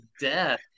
death